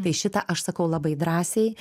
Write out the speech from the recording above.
tai šitą aš sakau labai drąsiai